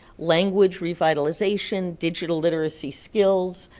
language revitalization, digital literacy skills,